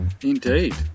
indeed